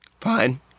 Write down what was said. fine